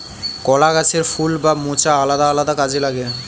কলা গাছের ফুল বা মোচা আলাদা আলাদা কাজে লাগে